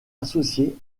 associée